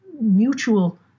mutual